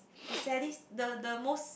the saddest the the most